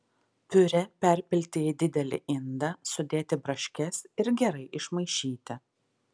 piurė perpilti į didelį indą sudėti braškes ir gerai išmaišyti